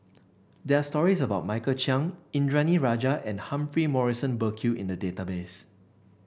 there are stories about Michael Chiang Indranee Rajah and Humphrey Morrison Burkill in the database